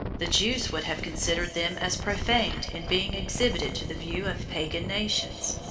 the jews would have considered them as profaned in being exhibited to the view of pagan nations.